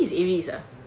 abi is aries ah